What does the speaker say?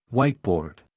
Whiteboard